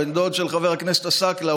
בן הדוד של חבר הכנסת עסאקלה,